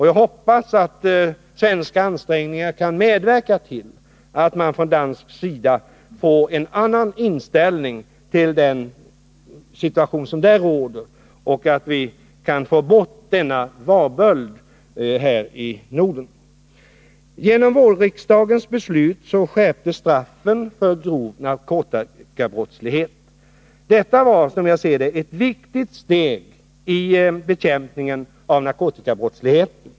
Jag hoppas att svenska ansträngningar skall medverka till att man från dansk sida får en annan inställning till den situation som där råder, så att vi kan få bort denna varböld här i Norden. Genom riksdagens beslut i våras skärptes straffen för grov narkotikabrottslighet. Detta var, som jag ser det, ett viktigt steg i bekämpningen av narkotikabrottsligheten.